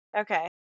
Okay